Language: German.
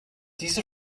dieser